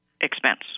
expense